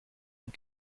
and